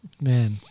Man